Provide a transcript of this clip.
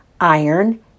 iron